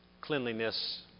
cleanliness